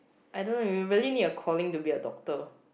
I don't know you really need a calling to be a doctor